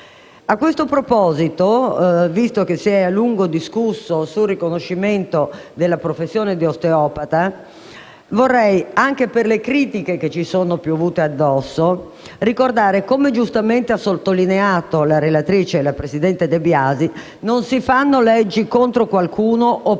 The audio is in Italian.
A questo proposito, visto che si è a lungo discusso sul riconoscimento della professione di osteopata, anche per le critiche che ci sono piovute addosso, vorrei ricordare, come giustamente ha sottolineato la relatrice, la presidente De Biasi, che non si fanno leggi contro qualcuno o per